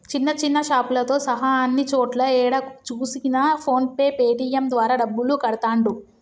చిన్న చిన్న షాపులతో సహా అన్ని చోట్లా ఏడ చూసినా ఫోన్ పే పేటీఎం ద్వారా డబ్బులు కడతాండ్రు